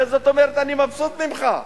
זאת אומרת, אני מבסוט ממך.